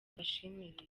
mbashimire